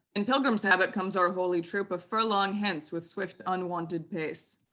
in pilgrim's habit comes our holy troop a furlong hence with swift unwonted pace.